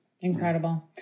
Incredible